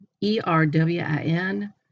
E-R-W-I-N